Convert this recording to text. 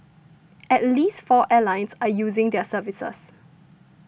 at least four airlines are using their services